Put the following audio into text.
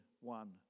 one